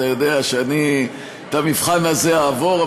אתה יודע שאני את המבחן הזה אעבור,